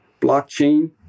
Blockchain